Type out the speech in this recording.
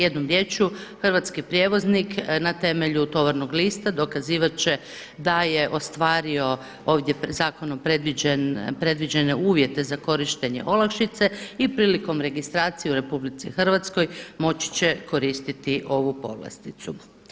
Jednom riječju hrvatski prijevoznik na temelju tovarnog lista dokazivati će da je ostvario ovdje zakonom predviđene uvjete za korištenje olakšice i prilikom registracije u RH moći će koristiti ovu povlasticu.